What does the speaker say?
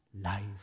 life